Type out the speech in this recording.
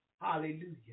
Hallelujah